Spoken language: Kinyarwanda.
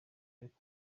ariko